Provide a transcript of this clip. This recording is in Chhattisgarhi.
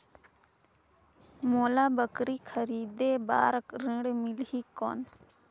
मोला बकरी खरीदे बार ऋण मिलही कौन?